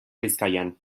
bizkaian